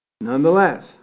Nonetheless